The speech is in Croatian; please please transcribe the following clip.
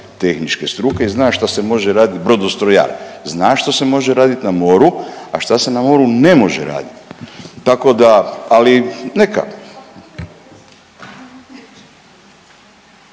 tehničke struke i znam što se može radit, brodostrojar, znam što se može radit na moru, a što se na moru ne može radit. Tako da, ali neka.